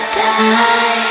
die